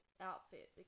outfit